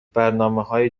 برنامههای